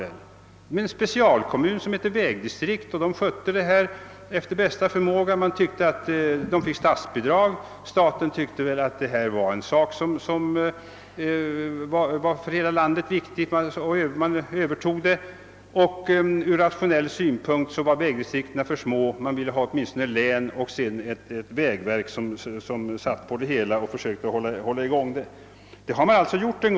Det fanns en sekundärkommun som kallades vägdistrikt och som skötte detta efter bästa förmåga. Statsbidrag utgick. Men statsmakten ansåg att det gällde en ur hela landets synpunkt viktig sak och staten gavs då huvudansvaret. Ur rationell synpunkt var vägdistrikten för små — man ville att enheterna skulle omfatta åtminstone länen och att ett statligt vägverk «skulle ha överinseendet över verksamheten.